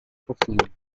posible